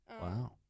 Wow